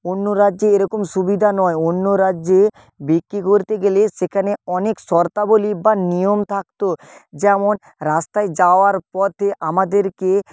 অন্য রাজ্যে এরকম সুবিধা নয় অন্য রাজ্যে বিক্রি করতে গেলে সেখানে অনেক শর্তাবলী বা নিয়ম থাকতো যেমন রাস্তায় যাওয়ার পথে আমাদেরকে